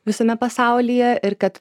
visame pasaulyje ir kad